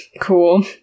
cool